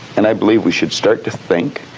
and i believe we should start to think,